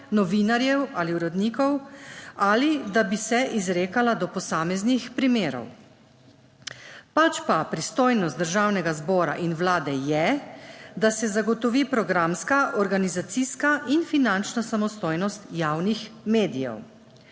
novinarjev ali urednikov ali da bi se izrekala do posameznih primerov. Pač pa pristojnost Državnega zbora in Vlade je, da se zagotovi programska, organizacijska in finančna samostojnost javnih medijev.